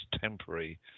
temporary